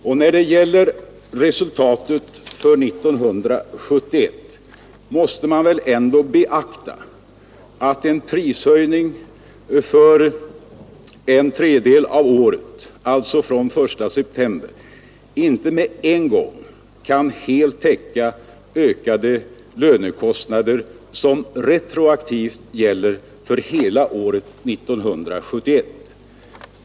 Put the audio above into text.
Och när det gäller resultatet för 1971 måste man väl ändå beakta att en prishöjning för en tredjedel av året — alltså från den 1 september — inte med en gång kan helt täcka ökade lönekostnader som retroaktivt gäller för hela året 1971.